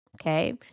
Okay